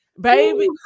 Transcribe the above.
baby